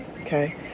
Okay